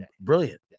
Brilliant